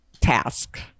task